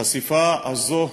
החשיפה הזו,